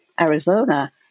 Arizona